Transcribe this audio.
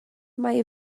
mai